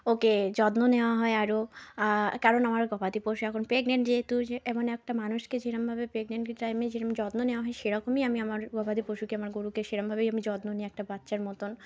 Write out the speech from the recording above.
ওকে যত্ন নেওয়া হয় আরো কারণ আমার গবাদি পশু এখন প্রেগনেন্ট যেহেতু যে এমন একটা মানুষকে যেরকমভাবে প্রেগনেন্টের টাইমে যেরকম যত্ন নেওয়া হয় সেরকমই আমি আমার গবাদি পশুকে আমার গরুকে সেরমভাবেই আমি যত্ন নিই একটা বাচ্চার মতোন